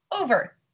over